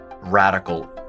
radical